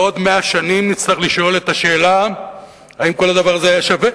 בעוד 100 שנים נצטרך לשאול את השאלה האם כל הדבר הזה היה שווה.